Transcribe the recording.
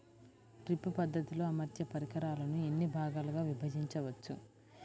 Drip పద్ధతిలో అమర్చే పరికరాలను ఎన్ని భాగాలుగా విభజించవచ్చు?